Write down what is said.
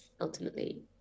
ultimately